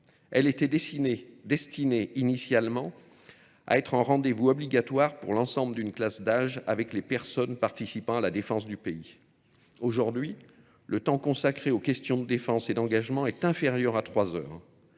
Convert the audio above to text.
Elle était destinée initialement à être en rendez-vous obligatoire pour l'ensemble d'une classe d'âge avec les personnes participant à la défense du pays. Aujourd'hui, le temps consacré aux questions de défense et d'engagement est inférieur à trois heures.